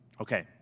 Okay